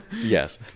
Yes